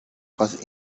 خواست